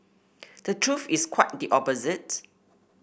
the truth is quite the opposite